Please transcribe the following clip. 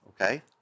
okay